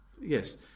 yes